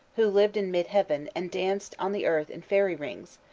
who lived in mid-heaven, and danced on the earth in fairy rings,